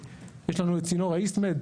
יש לנו את צינור האיסטמד,